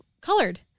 colored